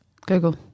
Google